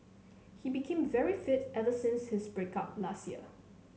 he became very fit ever since his break up last year